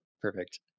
Perfect